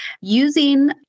using